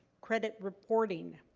credit reporting,